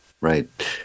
Right